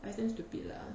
but it's damn stupid lah